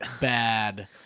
Bad